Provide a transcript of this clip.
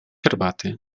herbaty